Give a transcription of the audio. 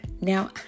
Now